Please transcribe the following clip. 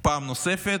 פעם נוספת,